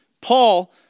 Paul